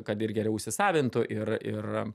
kad ir geriau įsisavintų ir ir